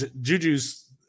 Juju's